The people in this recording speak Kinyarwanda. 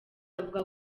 avuga